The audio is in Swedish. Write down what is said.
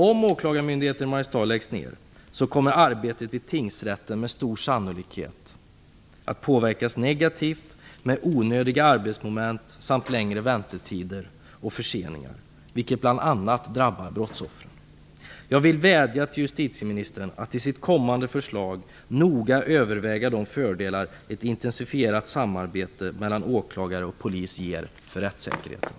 Om Åklagarmyndigheten i Mariestad läggs ned, kommer arbetet i tingsrätten med stor sannolikhet att påverkas negativt med onödiga arbetsmoment samt längre väntetider och förseningar, vilket bl.a. drabbar brottsoffren. Jag vill vädja till justitieministern att i sitt kommande förslag noga överväga de fördelar ett intensifierat samarbete mellan åklagare och polis ger för rättssäkerheten.